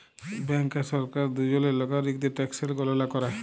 bank আর সরকার দুজলই লাগরিকদের ট্যাকসের গললা ক্যরে